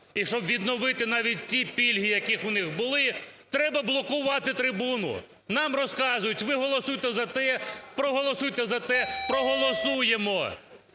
І щоб відновити навіть ті пільги, які у них були, треба блокувати трибуну. Нам розказують: ви голосуйте за те, проголосуйте за те. Проголосуємо.